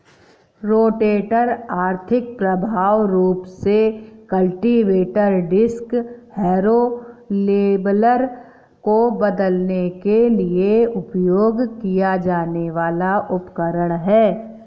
rotator आर्थिक, प्रभावी रूप से कल्टीवेटर, डिस्क हैरो, लेवलर को बदलने के लिए उपयोग किया जाने वाला उपकरण है